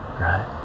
right